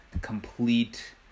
complete